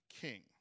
king